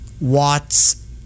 watts